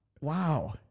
Wow